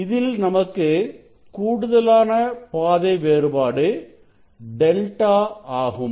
இதில் நமக்கு கூடுதலான பாதை வேறுபாடு ẟ ஆகும்